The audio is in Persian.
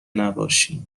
نباشین